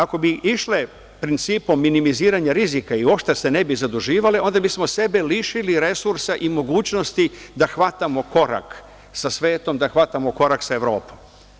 Ako bi išle principom minimiziranja rizika i uopšte se ne bi zaduživale, onda bismo sebe lišili resursa i mogućnosti da hvatamo korak sa svetom, da hvatamo korak sa Evropom.